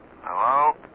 Hello